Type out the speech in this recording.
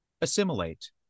Assimilate